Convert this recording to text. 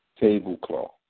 tablecloth